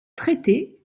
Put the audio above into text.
traiter